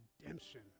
redemption